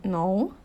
no